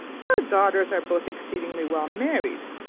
her daughters are both exceedingly well married,